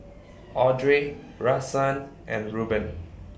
Audrey Rahsaan and Ruben